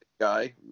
guy